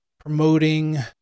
promoting